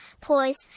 poise